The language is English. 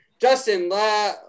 Justin